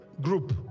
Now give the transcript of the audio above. group